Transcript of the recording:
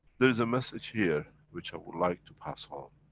there is a message here, which i would like to pass on.